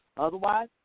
Otherwise